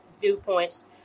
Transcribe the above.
viewpoints